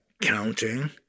counting